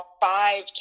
five